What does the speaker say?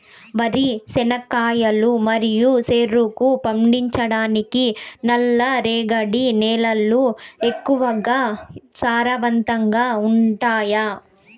వరి, చెనక్కాయలు మరియు చెరుకు పండించటానికి నల్లరేగడి నేలలు ఎక్కువగా సారవంతంగా ఉంటాయా?